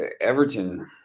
Everton